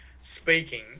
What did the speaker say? speaking